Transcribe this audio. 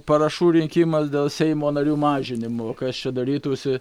parašų rinkimas dėl seimo narių mažinimo kas čia darytųsi